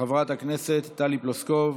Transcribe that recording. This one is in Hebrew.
חברת הכנסת טלי פלוסקוב